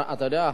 אתה יודע,